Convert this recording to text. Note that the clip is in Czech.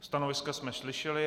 Stanoviska jsme slyšeli.